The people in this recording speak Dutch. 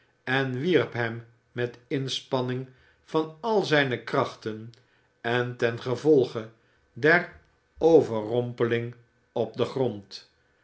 en wierp hem met inspanning van al zijne krachten en ten gevolge der overrompeling op den grond